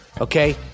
okay